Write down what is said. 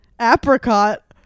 Apricot